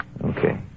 Okay